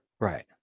Right